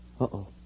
Uh-oh